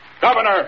Governor